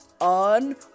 on